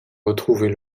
retrouver